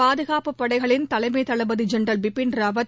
பாதுகாப்புப் படைகளின் தலைமைத் தளபதி ஜென்ரல் பிபின் ராவத்